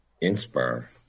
Inspire